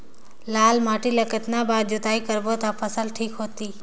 लाल माटी ला कतना बार जुताई करबो ता फसल ठीक होती?